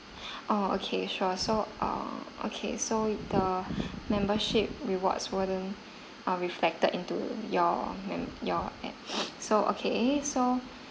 oh okay sure so uh okay so the membership rewards wouldn't uh reflected into your mem~ your so okay so